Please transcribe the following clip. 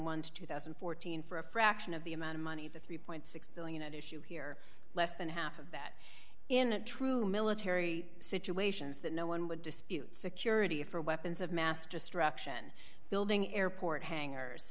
one to two thousand and fourteen for a fraction of the amount of money the three billion six hundred million at issue here less than half of that in a true military situations that no one would dispute security for weapons of mass destruction building airport hangars